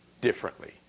differently